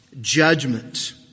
judgment